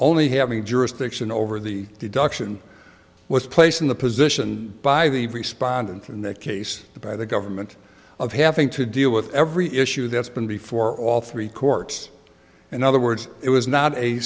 only having jurisdiction over the deduction was placed in the position by the responding from that case by the government of having to deal with every issue that's been before all three courts in other words it was not a